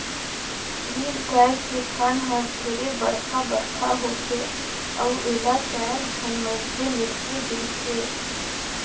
गीर गाय के थन हर ढेरे बड़खा बड़खा होथे अउ एला चायर झन मइनसे मिलके दुहथे